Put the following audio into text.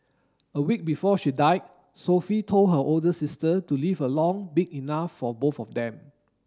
a week before she died Sophie told her older sister to live a life big enough for both of them